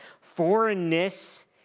Foreignness